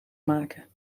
maken